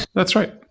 that's right.